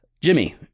Jimmy